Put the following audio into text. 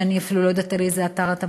אני אפילו לא יודעת על איזה אתר אתה מדבר,